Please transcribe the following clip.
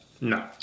no